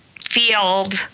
field